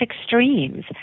extremes